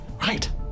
right